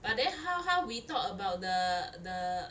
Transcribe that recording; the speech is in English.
but then how how we talk about the the